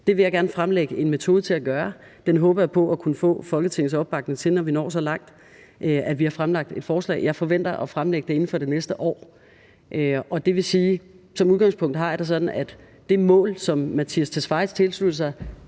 Det vil jeg gerne fremlægge en metode til at gøre. Den håber jeg på at kunne få Folketingets opbakning til, når vi når så langt, at vi har fremsat et forslag. Jeg forventer at fremsætte det inden for det næste år. Det vil sige, at jeg som udgangspunkt har det sådan, at det mål, som Mattias Tesfaye tilsluttede sig,